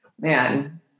man